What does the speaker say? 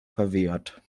verwehrt